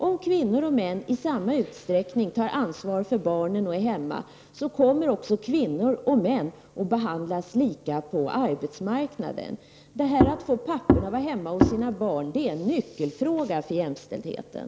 Om kvinnor och män i samma utsträckning tar ansvar för barnen och är hemma kommer också kvinnor och män att behandlas lika på arbetsmarknaden. Att få papporna att vara hemma hos sina barn är en nyckelfråga för jämställdheten.